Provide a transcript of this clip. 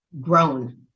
grown